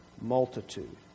multitude